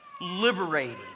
liberating